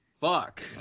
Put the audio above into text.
Fuck